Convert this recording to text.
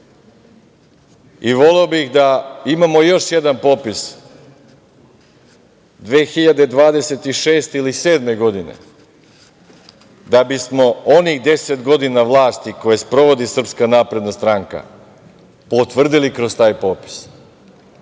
i voleo bih da imamo još jedan popis 2026. ili 2027. godine, da bismo onih deset godina vlasti, koje sprovodi SNS, potvrdili kroz taj popis.